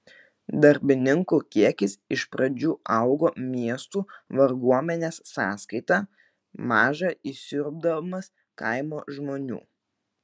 darbininkų kiekis iš pradžių augo miestų varguomenės sąskaita maža įsiurbdamas kaimo žmonių